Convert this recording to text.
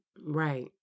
right